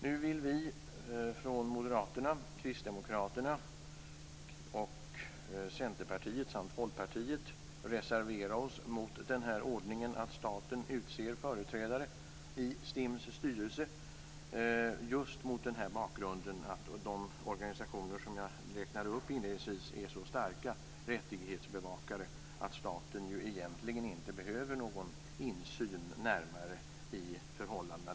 Nu vill vi från Moderaterna, Kristdemokraterna, Centerpartiet samt Folkpartiet reservera oss mot ordningen att staten utser företrädare i STIM:s styrelse, just mot bakgrunden att de organisationer jag inledningsvis räknade upp är så starka rättighetsbevakare att staten egentligen inte behöver någon närmare insyn i förhållandena.